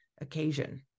occasion